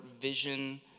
vision